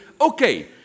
okay